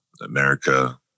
America